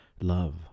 love